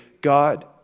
God